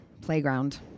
playground